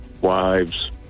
wives